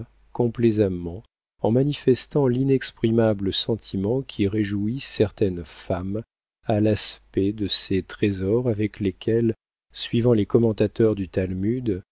complaisamment en manifestant l'inexprimable sentiment qui réjouit certaines femmes à l'aspect de ces trésors avec lesquels suivant les commentateurs du talmud